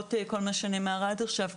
למרות כל מה שנאמר עד עכשיו,